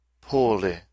poorly